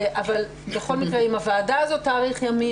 ואם הוועדה הזאת תאריך ימים,